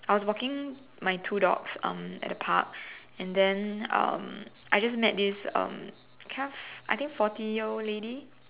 I was walking my two dogs um at the park and then um I just met this um kind of I think forty year old lady